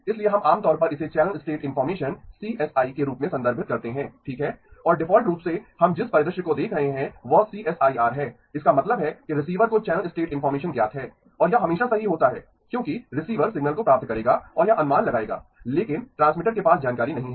इसलिए हम आम तौर पर इसे चैनल स्टेट इनफार्मेशन सीएसआई के रूप में संदर्भित करते हैं ठीक है और डिफ़ॉल्ट रूप से हम जिस परिदृश्य को देख रहे हैं वह सीएसआईआर है इसका मतलब है कि रिसीवर को चैनल स्टेट इनफार्मेशन ज्ञात है और यह हमेशा सही होता है क्योंकि रिसीवर सिग्नल को प्राप्त करेगा और यह अनुमान लगाएगा लेकिन ट्रांसमीटर के पास जानकारी नहीं है